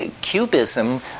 cubism